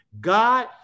God